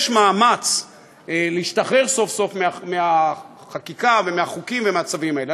יש מאמץ להשתחרר סוף-סוף מהחקיקה ומהחוקים ומהצווים האלה,